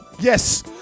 Yes